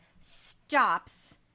stops